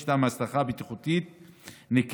יש להם הצדקה בטיחותית ניכרת,